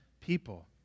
people